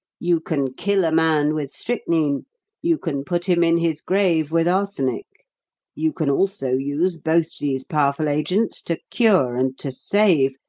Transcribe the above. you can kill a man with strychnine you can put him in his grave with arsenic you can also use both these powerful agents to cure and to save,